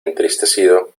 entristecido